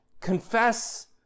Confess